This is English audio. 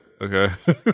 okay